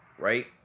Right